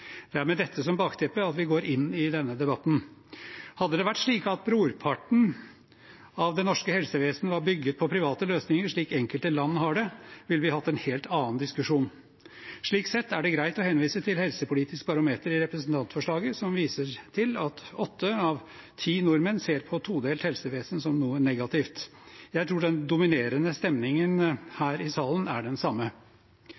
Det er med dette som bakteppe vi går inn i denne debatten. Hadde det vært slik at brorparten av det norske helsevesenet var bygget på private løsninger, slik enkelte land har det, ville vi hatt en helt annen diskusjon. Slik sett er det greit å henvise til Helsepolitisk barometer i representantforslaget, som viser til at åtte av ti nordmenn ser på et todelt helsevesen som noe negativt. Jeg tror den dominerende stemningen